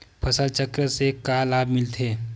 फसल चक्र से का लाभ मिलथे?